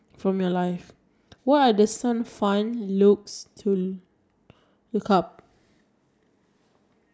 so ya okay how old are you I was primary five eleven years old